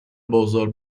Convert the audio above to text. بازار